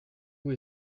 vous